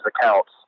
accounts